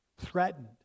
threatened